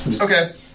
Okay